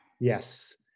yes